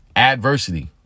Adversity